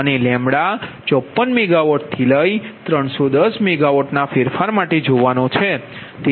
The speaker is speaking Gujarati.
અને λ 54MW થી લઇ 310 મેગાવોટ ફેરફાર માટે છે